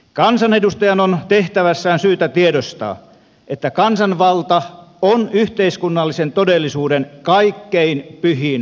kansanedustajan on tehtävässään syytä tiedostaa että kansanvalta on yhteiskunnallisen todellisuuden kaikkein pyhin arvo